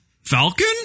Falcon